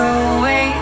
away